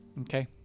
Okay